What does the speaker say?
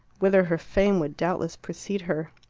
whither her fame would doubtless precede her.